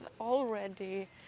already